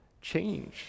change